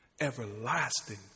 Everlasting